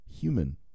human